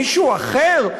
מישהו אחר,